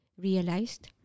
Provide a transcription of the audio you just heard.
realized